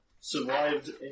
survived